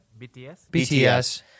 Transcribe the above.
BTS